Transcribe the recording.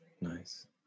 nice